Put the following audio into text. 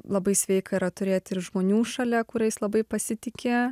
labai sveika yra turėt ir žmonių šalia kuriais labai pasitiki